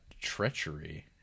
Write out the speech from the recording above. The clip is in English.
Treachery